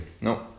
No